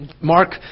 Mark